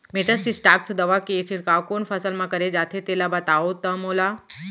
Metasystox दवा के छिड़काव कोन फसल म करे जाथे तेला बताओ त मोला?